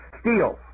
Steals